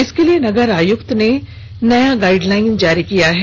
इसके लिए नगर आयुक्त ने नया गाइडलाइन जारी किया है